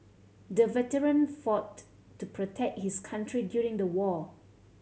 the veteran fought to protect his country during the war